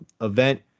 event